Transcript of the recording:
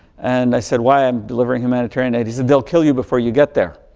and i said, why? i'm delivering humanitarian aid. he said, they'll kill you before you get there.